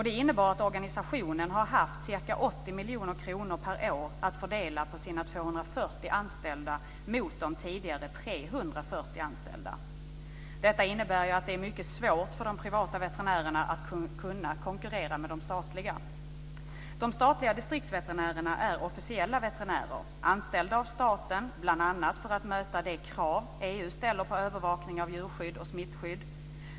Det innebar att organisationen har haft ca 80 miljoner kronor per år att fördela på sina 240 anställda mot de tidigare 340 anställda. Detta innebär ju att det är mycket svårt för de privata veterinärerna att kunna konkurrera med de statliga. De statliga distriktsveterinärerna är officiella veterinärer, anställda av staten bl.a. för att möta de krav som EU ställer på övervakning av djurskydd och smittskydd.